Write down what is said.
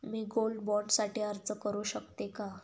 मी gold bond साठी अर्ज करु शकते का?